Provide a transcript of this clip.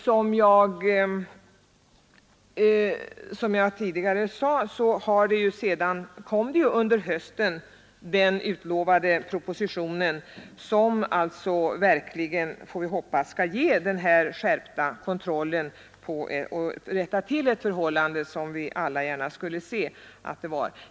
Som jag tidigare sade kom sedan under hösten den utlovade propositionen, som alltså verkligen, får vi hoppas, skall ge den skärpta kontrollen och rätta till ett förhållande som vi alla gärna skulle se förbättrat.